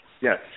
yes